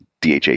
DHA